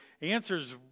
answers